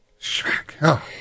Shrek